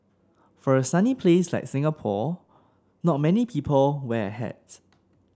for a sunny place like Singapore not many people wear a hat